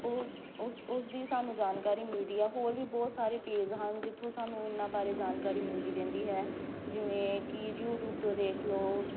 ਉਹ ਉਸ ਉਸ ਦੀ ਸਾਨੂੰ ਜਾਣਕਾਰੀ ਮਿਲਦੀ ਆ ਹੋਰ ਵੀ ਬਹੁਤ ਸਾਰੇ ਪੇਜ ਹਨ ਜਿੱਥੋਂ ਸਾਨੂੰ ਇਹਨਾਂ ਬਾਰੇ ਜਾਣਕਾਰੀ ਮਿਲਦੀ ਰਹਿੰਦੀ ਹੈ ਜਿਵੇਂ ਕਿ ਯੂਟਿਊਬ ਤੋਂ ਦੇਖ ਲਓ